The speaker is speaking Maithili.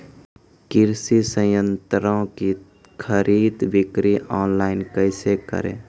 कृषि संयंत्रों की खरीद बिक्री ऑनलाइन कैसे करे?